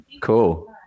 Cool